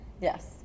yes